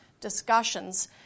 discussions